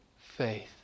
Faith